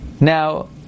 Now